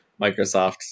Microsoft